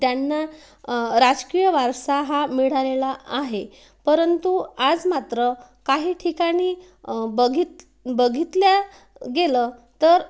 त्यांना राजकीय वारसा हा मिळालेला आहे परंतु आज मात्र काही ठिकाणी बघित बघितलं गेलं तर